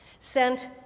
sent